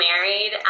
married